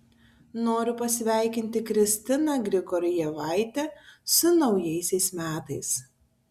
noriu pasveikinti kristiną grigorjevaitę su naujaisiais metais